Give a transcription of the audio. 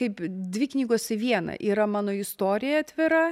kaip dvi knygos į vieną yra mano istorija atvira